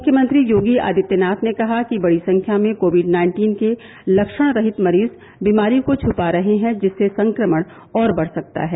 मुख्यमंत्री योगी आदित्यनाथ ने कहा कि बड़ी संख्या में कोविड नाइन्टीन के लक्षणरहित मरीज बीमारी को छपा रहे हैं जिससे संक्रमण और बढ़ सकता है